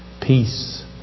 peace